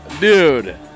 Dude